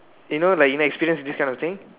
you know like in experience this kind of thing